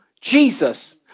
Jesus